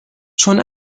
چون